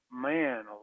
man